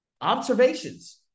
Observations